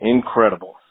Incredible